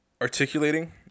articulating